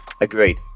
Agreed